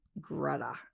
Greta